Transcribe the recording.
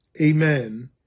amen